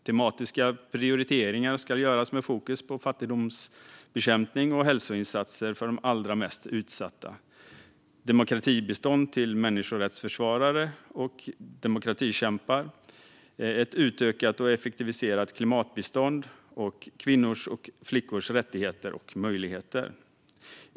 Tematiska prioriteringar ska göras med fokus på fattigdomsbekämpning och hälsoinsatser för de allra mest utsatta, demokratibistånd till människorättsförsvarare och demokratikämpar, ett utökat och effektiviserat klimatbistånd samt kvinnors och flickors rättigheter och möjligheter.